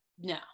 no